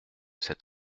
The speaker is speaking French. cet